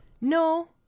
No